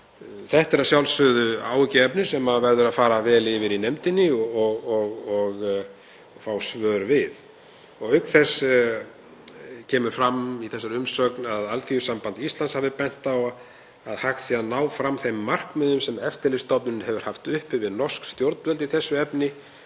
Þetta er að sjálfsögðu áhyggjuefni sem verður að fara vel yfir í nefndinni og fá svör við. Auk þess kemur fram í þessari umsögn að Alþýðusamband Íslands hafi bent á að hægt sé að ná fram þeim markmiðum sem Eftirlitsstofnun EFTA hefur haft uppi við norsk stjórnvöld í þessu efni